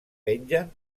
pengen